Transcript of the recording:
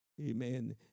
Amen